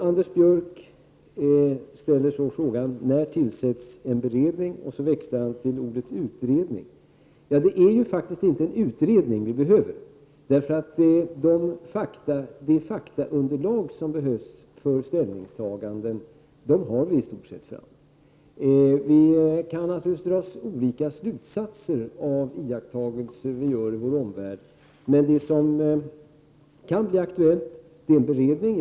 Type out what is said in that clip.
Anders Björck ställde frågan: När tillsätts en beredning? Sedan växlade han till ordet ”utredning”. Men det är faktiskt inte en utredning vi behöver. Det faktaunderlag som vi behöver för ett ställningstagande har vi i stort sett. Vi kan naturligtvis av iakttagelser vi gör i vår omvärld dra olika slutsatser, men det som kan bli aktuellt i detta fall är en beredning.